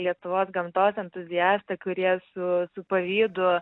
lietuvos gamtos entuziastai kurie su su pavydu